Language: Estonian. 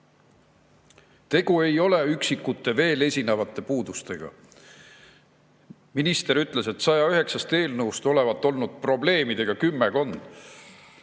Tegu ei ole üksikute veel esinevate puudustega. Minister ütles, et 109 eelnõust olevat olnud probleemidega kümmekond.